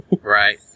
Right